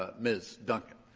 ah ms. duncan?